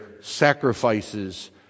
sacrifices